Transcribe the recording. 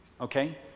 okay